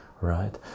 right